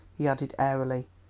he added airily,